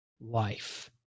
life